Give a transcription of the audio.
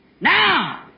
Now